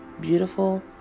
beautiful